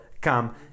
come